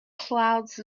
clouds